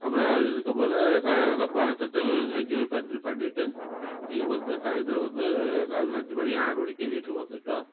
அப்புறம் அப்படி இருக்கும்போது சாயந்தரம் பார்த்துட்டு என்ஜாய் பண்ணு பண்ணிவிட்டு இங்கே வந்து சாயந்தரம் வந்து சாயந்தரம் அஞ்சு மணி ஆறு மணிக்கு வீட்டுக்கு வந்துவிட்டோம்